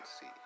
see